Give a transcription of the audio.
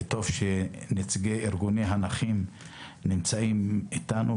וטוב שנציגי ארגוני הנכים נמצאים איתנו,